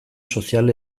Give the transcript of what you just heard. sozial